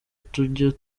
tujya